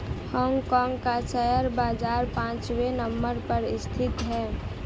Hong Kong का share बाजार पांचवे नम्बर पर स्थित है